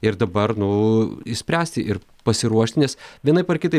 ir dabar nu išspręsti ir pasiruošt nes vienaip ar kitaip